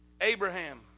Abraham